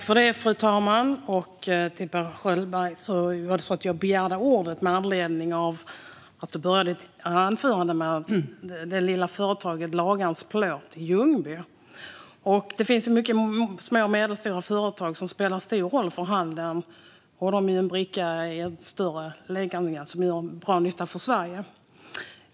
Fru talman! Jag begärde ordet med anledning av att Per Schöldberg började sitt anförande med det lilla företaget Lagan Plåtprodukter i Ljungby. Det finns många små och medelstora företag som spelar roll för handeln, och de är en kugge i ett större hjul och gör bra nytta för Sverige.